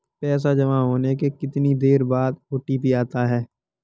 पैसा जमा होने के कितनी देर बाद ओ.टी.पी आता है?